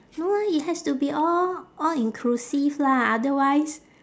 no lah it has to be all all inclusive lah otherwise